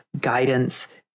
guidance